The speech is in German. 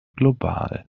global